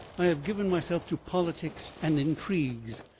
i have given myself to politics and intrigues,